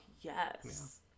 Yes